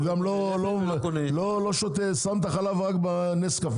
הוא רק שם חלב בקפה.